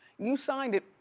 you signed it,